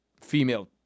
female